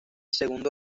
segundo